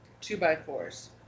two-by-fours